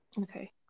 Okay